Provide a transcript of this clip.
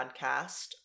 Podcast